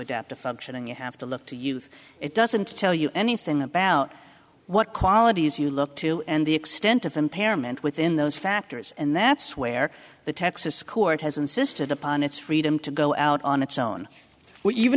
adapt a function and you have to look to youth it doesn't tell you anything about what qualities you look to and the extent of impairment within those factors and that's where the texas court has insisted upon its freedom to go out on its own we even